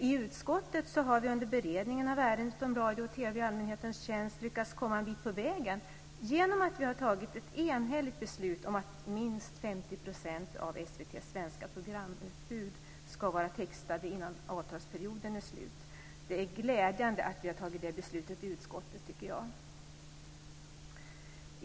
I utskottet har vi under beredningen av ärendet om radio och TV i allmänhetens tjänst lyckats komma en bit på väg genom att vi har fattat ett enhälligt beslut om att minst 50 % av SVT:s svenska programutbud ska vara textat innan avtalsperioden är slut. Jag tycker att det är glädjande att vi har fattat det beslutet i utskottet.